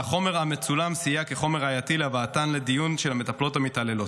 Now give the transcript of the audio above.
והחומר המצולם סייע כחומר ראייתי להבאתן לדין של המטפלות המתעללות.